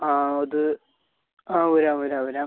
ആ ഇത് ആ വരാം വരാം വരാം